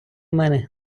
мене